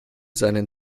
seinen